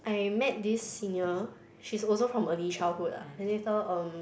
I met this senior she's also from Early Childhood ah and then later um